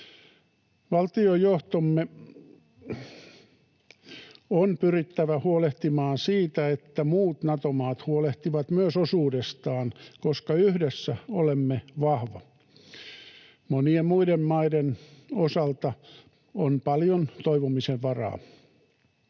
Valtiojohtomme on pyrittävä huolehtimaan siitä, että myös muut Nato-maat huolehtivat osuudestaan, koska yhdessä olemme vahvoja. Monien muiden maiden osalta on paljon toivomisen varaa.